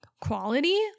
quality